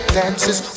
dances